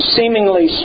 seemingly